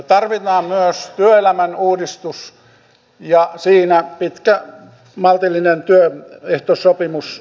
tarvitaan myös työelämän uudistus ja siinä pitkä maltillinen työehtosopimuskierros